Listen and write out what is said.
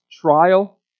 trial